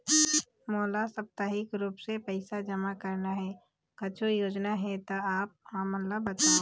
मोला साप्ताहिक रूप से पैसा जमा करना हे, कुछू योजना हे त आप हमन बताव?